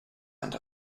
and